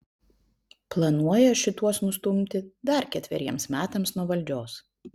planuoja šituos nustumti dar ketveriems metams nuo valdžios